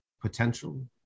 potential